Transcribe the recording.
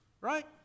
Right